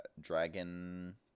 dragon